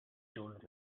told